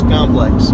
Complex